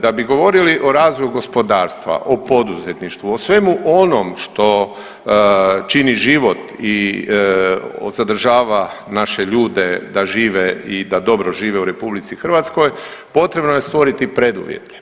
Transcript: Da bi govorili o razvoju gospodarstva, o poduzetništvu, o svemu onom što čini život i zadržava naše ljude da žive i da dobro žive u RH, potrebno je stvoriti preduvjete.